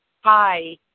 Hi